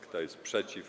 Kto jest przeciw?